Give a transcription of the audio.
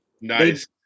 nice